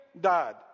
died